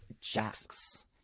jacks